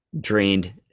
drained